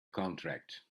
contract